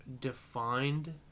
defined